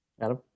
Adam